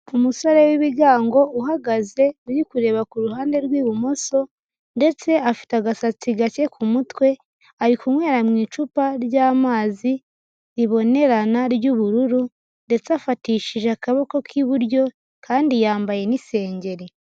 Umusore w'ibigango uhagaze uri kureba ku ruhande rw'ibumoso ndetse afite agasatsi gake ku mutwe ari kunywera mu icupa ry'amazi ribonerana ry'ubururu ndetse afatishije akaboko k'iburyo kandi yambaye n'isengeri.